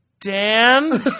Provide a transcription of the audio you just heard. Dan